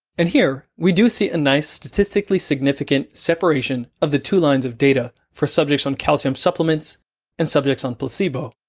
and here we do see a nice statistically significant separation of the two lines of data for subjects on calcium supplements and subjects on placebo.